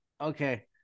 okay